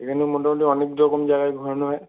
এখানে মোটামুটি অনেক রকম জায়গায় ঘোরানো হয়